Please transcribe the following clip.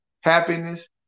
happiness